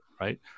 Right